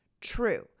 true